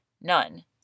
None